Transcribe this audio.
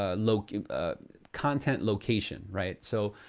ah local content location, right? so,